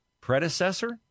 predecessor